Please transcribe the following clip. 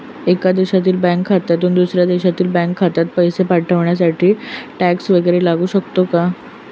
एका देशातील बँक खात्यातून दुसऱ्या देशातील बँक खात्यात पैसे पाठवण्यासाठी टॅक्स वैगरे लागू शकतो का?